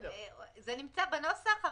זה נמצא בנוסח,